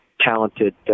talented